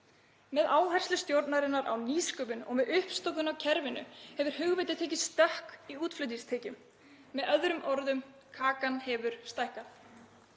Með áherslu stjórnarinnar á nýsköpun og með uppstokkun á kerfinu hefur hugvitið tekið stökk í útflutningstekjum. Með öðrum orðum: Kakan hefur stækkað.